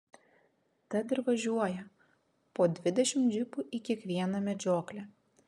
tad ir važiuoja po dvidešimt džipų į kiekvieną medžioklę